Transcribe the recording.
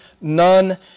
None